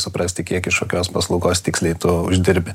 suprasti kiek iš kokios paslaugos tiksliai tu uždirbi